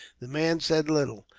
the man said little,